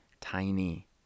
tiny